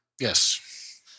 Yes